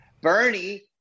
Bernie